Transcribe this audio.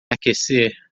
aquecer